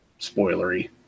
spoilery